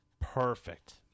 perfect